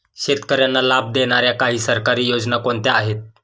शेतकऱ्यांना लाभ देणाऱ्या काही सरकारी योजना कोणत्या आहेत?